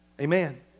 Amen